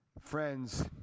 Friends